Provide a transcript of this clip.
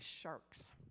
sharks